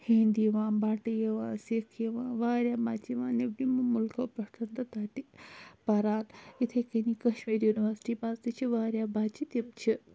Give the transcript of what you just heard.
ہیٚنٛدۍ یِوان بَٹہٕ یِوان سِکھ یِوان وارِیاہ مَزٕ چھُ یِوان نیٚبرِمو مُلکو پیٚٹھ تہِ تَتہِ پَران یِتھٕے کٔنی کَشمیٖر یونیوَرسِٹی منٛز تہِ چھِ وارِیاہ بَچہِ تِم چھِ